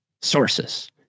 sources